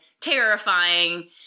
terrifying